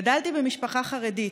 גדלתי במשפחה חרדית,